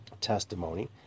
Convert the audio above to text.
testimony